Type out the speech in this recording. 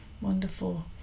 Wonderful